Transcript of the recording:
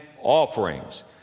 offerings